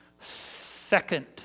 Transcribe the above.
second